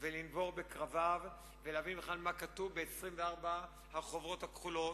ולנבור בקרביו ולהבין בכלל מה כתוב ב-24 החוברות הכחולות,